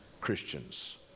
Christians